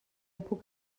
puc